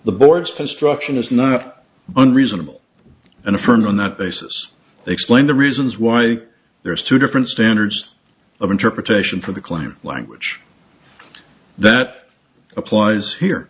is not unreasonable and affirmed on that basis they explained the reasons why there's two different standards of interpretation for the claim language that applies here